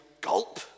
gulp